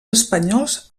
espanyols